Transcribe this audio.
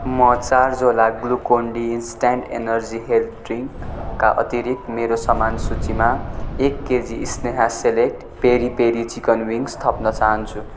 म चार झोला Glucon D instant energy health ड्रिङ्कका अतिरिक्त मेरो सामान सूचीमा एक KG Sneha select peri peri chicken wings थप्नु चाहन्छु